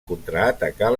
contraatacar